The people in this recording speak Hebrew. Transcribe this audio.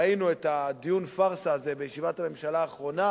ראינו את הדיון-פארסה הזה בישיבת הממשלה האחרונה,